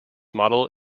model